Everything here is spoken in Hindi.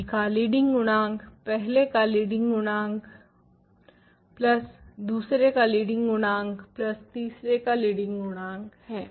g का लीडिंग गुणांक पहले का लीडिंग गुणांक प्लस दूसरे का लीडिंग गुणांक प्लस तीसरे का लीडिंग गुणांक है